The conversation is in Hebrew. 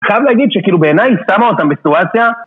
חייב להגיד שכאילו בעיניי היא שמה אותם בסיטואציה